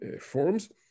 forms